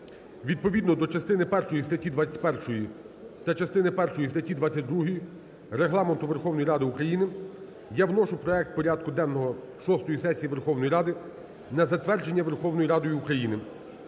Відповідно до частини першої статті 21 та частини першої статті 22 Регламенту Верховної Ради України я вношу в проект порядку денного шостої сесії Верховної Ради на затвердження Верховною Радою України.